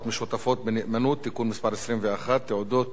משותפות בנאמנות (תיקון מס' 21) (תעודות